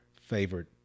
favorite